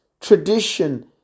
tradition